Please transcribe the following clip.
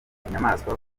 inyamaswa